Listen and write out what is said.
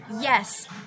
yes